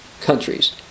countries